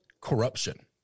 corruption